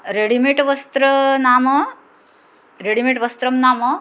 readymade वस्त्रं नाम readymade वस्त्रं नाम